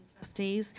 trustees.